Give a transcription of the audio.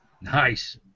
Nice